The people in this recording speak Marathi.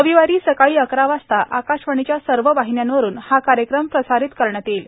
रविवारी सकाळी अकरा वाजता आकाशवाणीच्या सर्व वाहिन्यांवरून हा कार्यक्रम प्रसारित होईल